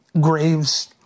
graves